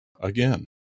again